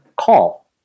call